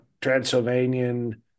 Transylvanian